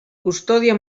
custòdia